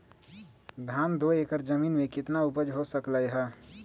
धान दो एकर जमीन में कितना उपज हो सकलेय ह?